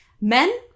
Men